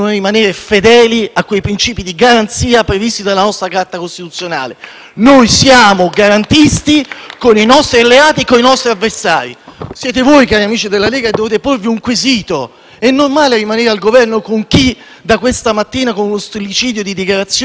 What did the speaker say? Lo dico con molta franchezza agli amici del MoVimento 5 Stelle: qui non si tratta di essere più o meno garantisti, qui si tratta di essere omogenei nelle valutazioni. Quando c'è di mezzo qualche esponente dei 5 Stelle si adottano due pesi e due misure; la vicenda della sindaca Raggi oggi ce lo insegna.